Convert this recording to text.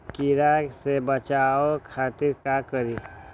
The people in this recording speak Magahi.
कीरा से बचाओ खातिर का करी?